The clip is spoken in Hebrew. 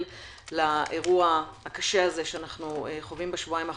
לאירוע הקשה הזה שאנחנו חווים בשבועיים האחרונים,